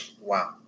Wow